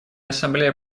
ассамблея